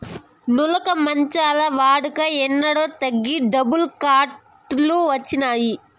నులక మంచాల వాడక ఏనాడో తగ్గి డబుల్ కాట్ లు వచ్చినాయి